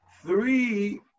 three